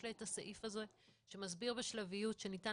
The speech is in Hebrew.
יש לה את הסעיף הזה שמסביר בשלביות שניתן